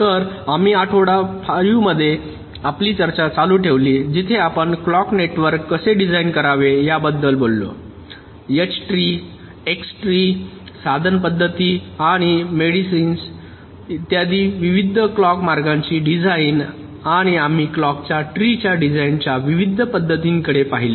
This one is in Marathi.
तर आम्ही आठवडा 5 मध्ये आपली चर्चा चालू ठेवली जिथे आपण क्लॉक नेटवर्क कसे डिझाइन करावे याबद्दल बोललो एच ट्री एक्स ट्री साधन पद्धती आणि मेडीन्स इत्यादी विविध क्लॉक मार्गांची डिझाइन आणि आम्ही क्लॉक च्या ट्री च्या डिझाइनच्या विविध पद्धतींकडे पाहिले